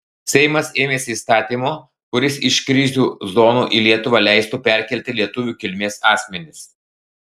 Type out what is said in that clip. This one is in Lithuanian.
seimas ėmėsi įstatymo kuris iš krizių zonų į lietuvą leistų perkelti lietuvių kilmės asmenis